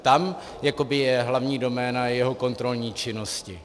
Tam jakoby je hlavní doména jeho kontrolní činnosti.